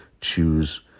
Choose